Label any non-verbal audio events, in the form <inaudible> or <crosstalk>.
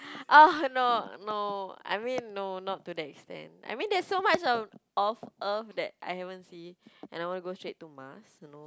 <noise> oh no no I mean no not to that extent I mean there's so much of of Earth I haven't see and I wanna go straight to Mars no